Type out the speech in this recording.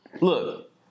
Look